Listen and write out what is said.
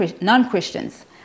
non-Christians